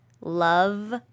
love